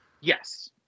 Yes